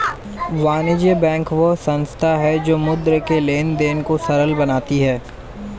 वाणिज्य बैंक वह संस्था है जो मुद्रा के लेंन देंन को सरल बनाती है